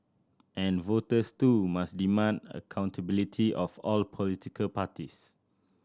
and voters too must demand accountability of all political parties